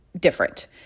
different